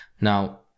Now